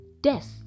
Death